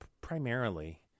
Primarily